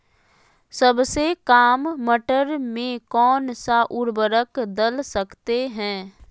सबसे काम मटर में कौन सा ऊर्वरक दल सकते हैं?